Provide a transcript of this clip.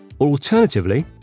Alternatively